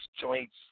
joints